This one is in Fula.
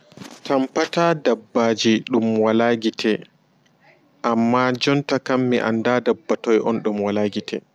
Tampata dabbaaji ɗum wala giite amma jontakam mi annda dabba toy on ɗum wala gite.